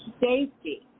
Safety